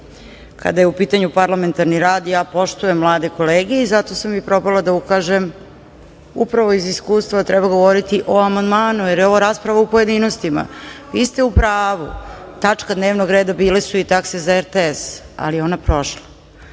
kada je u pitanju parlamentarni rad ja poštujem mlade kolege i zato sam i probala da ukažem, upravo iz iskustva, treba govoriti o amandmanu, jer je ovo rasprava u pojedinostima. Vi ste u pravu, tačka dnevnog reda bile su i takse za RTS, ali je ona prošla.